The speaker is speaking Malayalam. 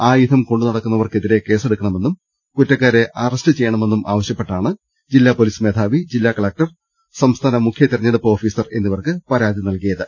ആയുധം കൊണ്ടു നടന്നവർക്കെതിരെ കേസെടു ക്കണമെന്നും കുറ്റക്കാരെ അറസ്റ്റ് ചെയ്യണ മെന്നാവശ്യ പ്പെട്ടുമാണ് ജില്ലാ പൊലീസ് മേധാവി ജില്ലാ കലക്ടർ സംസ്ഥാന മുഖ്യ തെരെഞ്ഞെടുപ്പ് ഓഫീസർ എന്നിവർക്ക് പരാതി നൽകിയത്